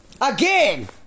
Again